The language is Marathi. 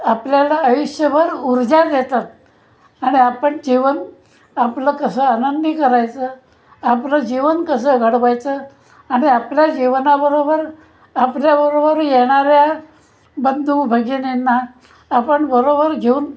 आपल्याला आयुष्यभर ऊर्जा देतात आणि आपण जेवन आपलं कसं आनंदी करायचं आपलं जीवन कसं घडवायचं आणि आपल्या जीवनाबरोबर आपल्याबरोबर येणाऱ्या बंधुभगिनींना आपण बरोबर घेऊन